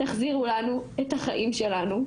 תחזירו לנו את החיים שלנו,